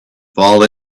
fall